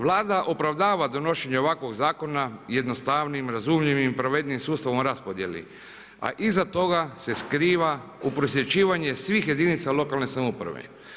Vlada opravdava donošenje ovakvog zakona jednostavnim, razumljivim, pravednijim sustavom raspodjeli, a iza toga se skriva uprosječivanje svih jedinica lokalne samouprave.